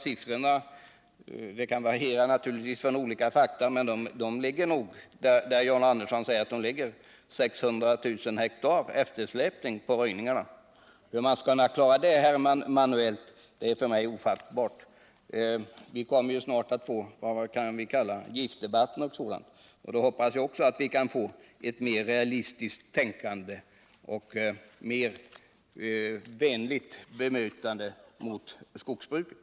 Siffrorna kan naturligtvis variera, men de ligger nog där John Andersson säger att de ligger, vid 600 000 hektar. Hur man skall kunna klara det manuellt är för mig ofattbart. Vi kommer snart att få vad vi kan kalla en giftdebatt och liknande debatter, och då hoppas jag att det blir mer av realistiskt tänkande och vänligt bemötande av skogsbruket.